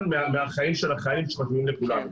מהחיים של החיילים שנוגעים לכולנו,